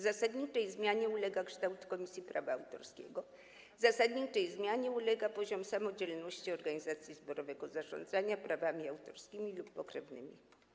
Zasadniczej zmianie ulega kształt Komisji Prawa Autorskiego, zasadniczej zmianie ulega poziom samodzielności organizacji zbiorowego zarządzania prawami autorskimi lub pokrewnymi.